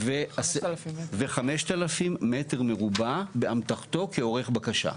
ו-5,000 מטר מרובע באמתחתו כעורך בקשה.